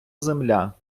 земля